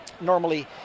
normally